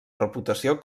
reputació